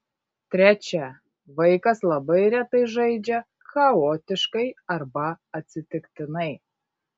trečia vaikas labai retai žaidžia chaotiškai arba atsitiktinai